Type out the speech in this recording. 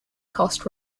cost